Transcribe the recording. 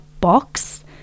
box